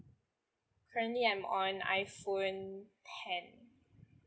currently I'm on iphone ten